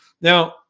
Now